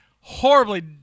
horribly